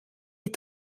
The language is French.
est